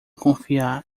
confiar